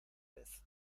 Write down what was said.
vez